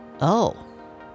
Oh